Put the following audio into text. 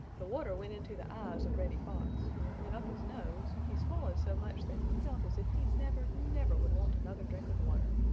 the water went into the eyes of reddy fox, and it went up his nose and he swallowed so much that he felt as if he never, never would want another drink of water.